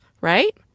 right